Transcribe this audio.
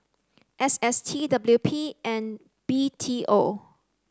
S S T W P and B T O